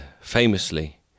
famously